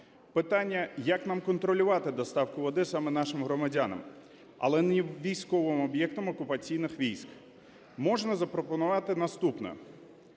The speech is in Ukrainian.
Питання, як нам контролювати доставку води саме нашим громадянам, але не військовим об'єктам окупаційних військ? Можна запропонувати наступне: